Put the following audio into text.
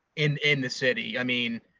in in the city. i mean,